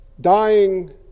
dying